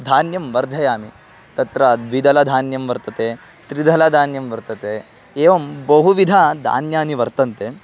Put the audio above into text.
धान्यं वर्धयामि तत्र द्विदलधान्यं वर्तते त्रिदलधान्यं वर्तते एवं बहुविधधान्यानि वर्तन्ते